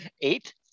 eight